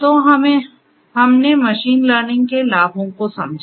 तो हमने machine learning के लाभों को समझा